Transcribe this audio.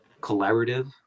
collaborative